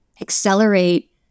accelerate